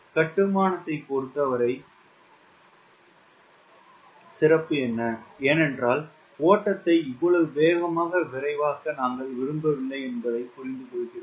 கட்டுமானத்தைப் பொருத்தவரை ஏனென்றால் ஓட்டத்தை இவ்வளவு வேகமாக விரைவாக்க நாங்கள் விரும்பவில்லை என்பதை புரிந்துகொள்கிறோம்